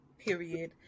Period